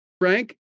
Frank